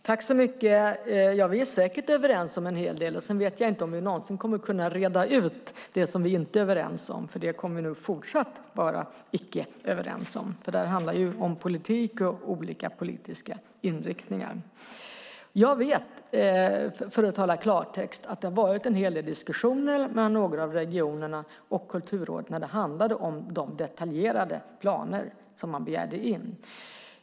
Fru talman! Vi är säkert överens om en hel del. Sedan vet jag inte om vi någonsin kommer att reda ut det som vi inte är överens om. Det kommer vi nog fortsatt att vara icke överens om eftersom detta handlar om politik och om olika politiska inriktningar. Jag vet, för att tala klartext, att det har varit en hel del diskussioner mellan några av regionerna och Kulturrådet när det handlade om de detaljerade planer som begärdes in.